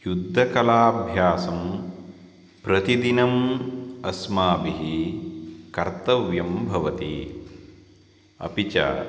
युद्धकलाभ्यासं प्रतिदिनम् अस्माभिः कर्तव्यं भवति अपि च